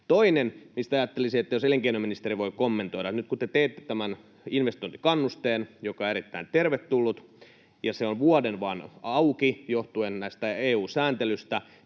Toinen, mitä ajattelisin, että elinkeinoministeri voisi kommentoida: nyt kun te teette tämän investointikannusteen, joka on erittäin tervetullut, ja kun se on vain vuoden auki johtuen EU-sääntelystä,